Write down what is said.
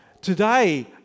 Today